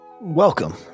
Welcome